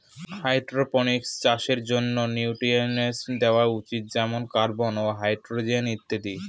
hydroponics চাষের জন্য nutrients দেওয়া উচিত যেমন কার্বন, হাইড্রজেন ইত্যাদি